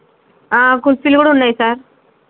కుల్ఫీలు కూడా ఉన్నయి సార్